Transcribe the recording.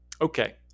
Okay